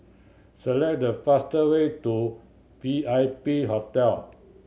select the faster way to V I P Hotel